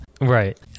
Right